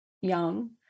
young